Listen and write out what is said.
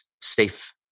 safe